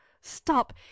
stop